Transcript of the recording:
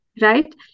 right